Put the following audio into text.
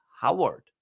Howard